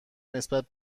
نسبت